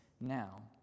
now